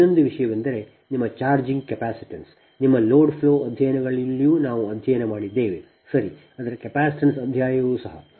ಇನ್ನೊಂದು ವಿಷಯವೆಂದರೆ ನಿಮ್ಮ ಚಾರ್ಜಿಂಗ್ ಕೆಪಾಸಿಟನ್ಸ್ ನಿಮ್ಮ ಲೋಡ್ ಫ್ಲೋ ಅಧ್ಯಯನಗಳಲ್ಲಿಯೂ ನಾವು ಅಧ್ಯಯನ ಮಾಡಿದ್ದೇವೆ ಸರಿ ಮತ್ತು ಅದರ ಕೆಪಾಸಿಟನ್ಸ್ ಅಧ್ಯಾಯವೂ ಸಹ